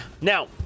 Now